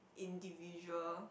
individual